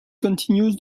continues